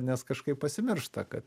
nes kažkaip pasimiršta kad